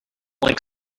like